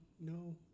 no